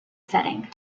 setting